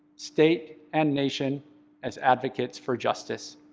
state, and nation as advocates for justice.